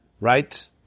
Right